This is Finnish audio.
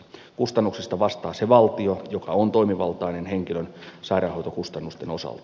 kustannuksista vastaa se valtio joka on toimivaltainen henkilön sairaanhoitokustannusten osalta